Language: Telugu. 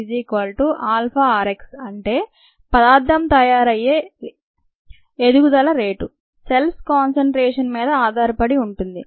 అంటే పదార్థం తయారయ్యే ఏటు ఎదుగుదల రేటు సెల్స్ కాన్సన్ట్రేషన్ మీద ఆధారపడి ఉంటుంది